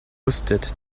wusstet